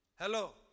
Hello